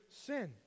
sin